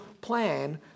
plan